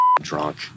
drunk